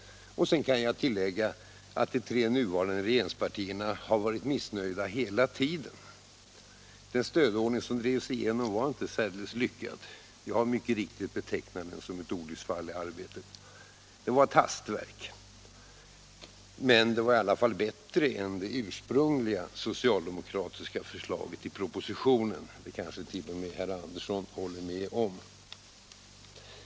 Och jag kan tillägga att de tre nuvarande regeringspartierna har varit missnöjda hela tiden. Den stödordning som drevs igenom var inte särdeles lyckad. Jag har betecknat den som ett olycksfall i arbetet. Denna stödordning var ett hastverk. Men den var i alla fall bättre än det ur sprungliga socialdemokratiska förslaget i propositionen. Det kanske herr Andersson i Lycksele håller med om.